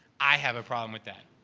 i have a problem with that.